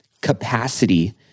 capacity